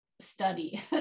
study